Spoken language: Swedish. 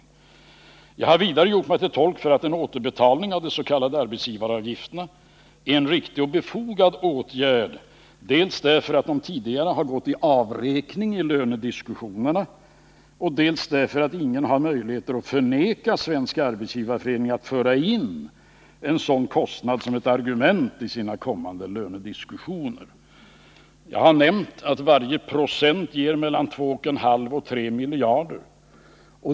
Vidare har jag gjort mig till tolk för uppfattningen att återkrävning av de s.k. arbetsgivaravgifterna är en riktig och befogad åtgärd, dels därför att de tidigare har avräknats i lönediskussionerna, dels därför att ingen har möjlighet att förvägra Svenska arbetsgivareföreningen rätten att föra in en sådan kostnad som ett argument i sina kommande lönediskussioner. Jag har nämnt att varje procent ger mellan 2,5 och 3 miljarder.